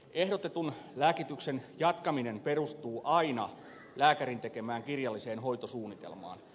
ehdotetun lääkityksen jatkaminen perustuu aina lääkärin tekemään kirjalliseen hoitosuunnitelmaan